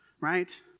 right